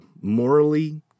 morally